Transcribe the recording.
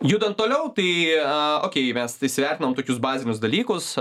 judant toliau tai okei mes įsivertinam tokius bazinius dalykus